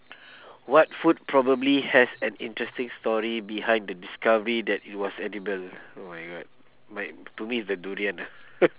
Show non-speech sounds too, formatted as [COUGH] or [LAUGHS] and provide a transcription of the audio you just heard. what food probably has an interesting story behind the discovery that it was edible oh my god might to me is the durian ah [LAUGHS]